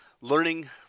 learning